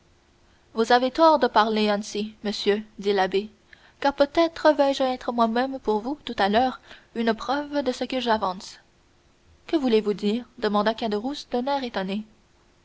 vous avez tort de parler ainsi monsieur dit l'abbé car peut-être vais-je être moi-même pour vous tout à l'heure une preuve de ce que j'avance que voulez-vous dire demanda caderousse d'un air étonné